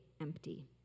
empty